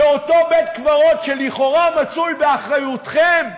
באותו בית-קברות שלכאורה מצוי באחריותכם,